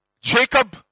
Jacob